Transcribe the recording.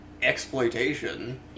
exploitation